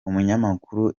umunyamakuru